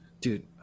Dude